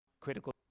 critical